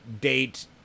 date